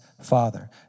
father